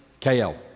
KL